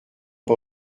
pas